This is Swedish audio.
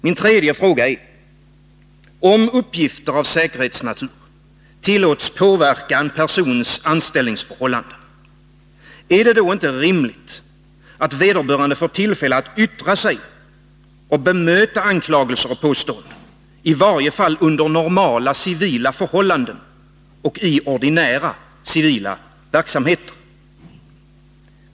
Min tredje fråga är: Om uppgifter av säkerhetsnatur tillåts påverka en persons anställningsförhållanden, är det då inte rimligt att vederbörande får tillfälle att yttra sig och bemöta anklagelser och påståenden, i varje fall under normala civila förhållanden och i ordinära civila verksamheter?